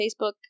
Facebook